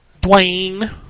Dwayne